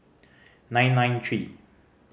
nine nine three